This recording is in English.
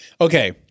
Okay